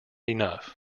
enough